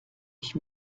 ich